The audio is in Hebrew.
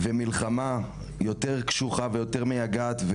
ומלחמה יותר קשוחה ויותר מייגעת,